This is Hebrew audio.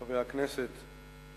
חברי הכנסת,